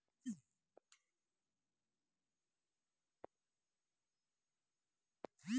JNNURM పథకం కేంద్ర పట్టణాభివృద్ధి మంత్రిత్వశాఖ ద్వారా నడపబడుతున్నది